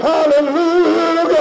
Hallelujah